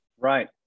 Right